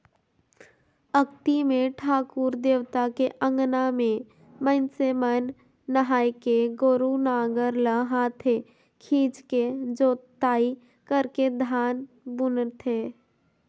अक्ती मे ठाकुर देवता के अंगना में मइनसे मन नहायके गोरू नांगर ल हाथे खिंचके जोताई करके धान बुनथें